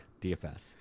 DFS